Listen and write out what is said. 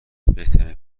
بهترین